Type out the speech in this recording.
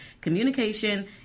communication